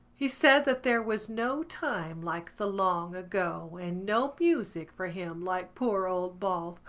he said that there was no time like the long ago and no music for him like poor old balfe,